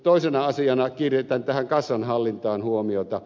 toisena asiana kiinnitän tähän kassanhallintaan huomiota